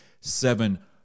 seven